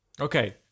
Okay